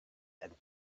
and